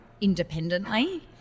independently